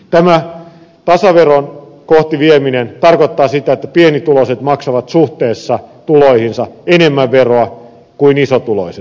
tämä tasaveroa kohti vieminen tarkoittaa sitä että pienituloiset maksavat suhteessa tuloihinsa enemmän veroa kuin isotuloiset